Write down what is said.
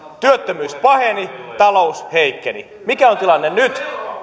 työttömyys paheni talous heikkeni mikä on tilanne nyt